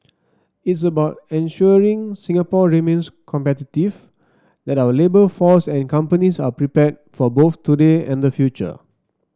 it's about ensuring Singapore remains competitive that our labour force and companies are prepared for both today and the future